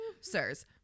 sirs